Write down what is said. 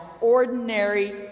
ordinary